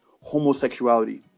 homosexuality